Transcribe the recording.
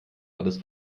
alles